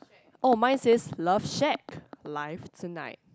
oh my says love shack life tonight